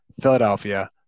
Philadelphia